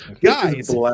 guys